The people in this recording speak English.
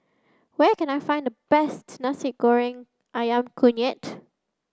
where can I find the best Nasi Goreng Ayam Kunyit